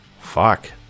Fuck